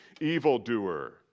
evildoer